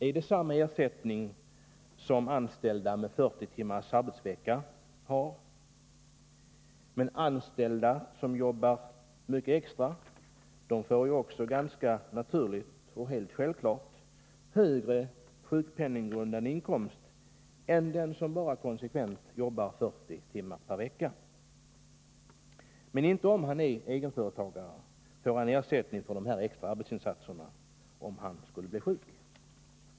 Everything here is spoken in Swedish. Är det samma ersättning som anställda med 40 timmars arbetsvecka har? Anställda som jobbar mycket extra får ju också — helt naturligt — högre sjukpenninggrundande inkomst än den som bara konsekvent jobbar 40 timmar per vecka. Men om han är egenföretagare får han inte ersättning för de här extra arbetsinsatserna, ifall han skulle bli sjuk.